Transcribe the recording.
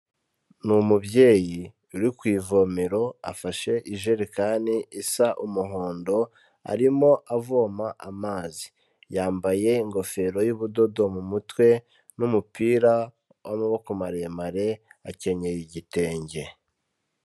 Ni umubyeyi uri ku ivomero afashe ijerekani isa umuhondo, arimo avoma amazi, yambaye ingofero y'ubudodo mu mutwe n'umupira w'amaboko maremare, akenyeye igitenge.